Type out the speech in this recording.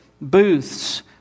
Booths